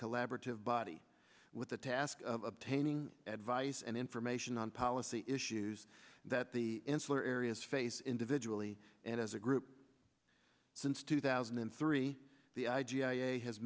collaborative body with the task of obtaining advice and information on policy issues that the insular areas face individually and as a group since two thousand and three the i